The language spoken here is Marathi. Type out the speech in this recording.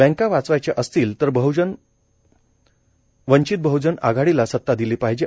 बँका वाचवायच्या असतील तर वंचित बहजन आघाडीला सत्ता दिली पाहिजे